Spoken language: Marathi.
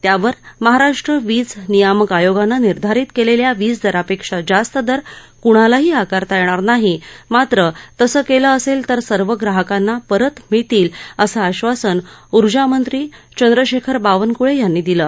त्यावर महाराष्ट्र वीज नियामक आयोगानं निर्धारित केलेल्या वीजदरापेक्षा जास्त दर कुणालाही आकारता येत नाही मात्र तसं केलं असेल तर सर्व ग्राहकांना परत मिळतील असं आश्वासन उर्जामंत्री चंद्रशेखर बावनकुळे यांनी दिलं